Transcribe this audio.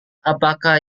apakah